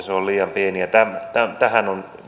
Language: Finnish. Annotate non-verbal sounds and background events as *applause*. *unintelligible* se on liian pieni ja tähän on